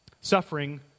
suffering